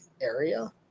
area